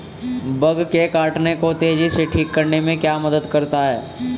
Bug के काटने को तेजी से ठीक करने में क्या मदद करता है?